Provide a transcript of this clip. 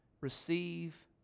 receive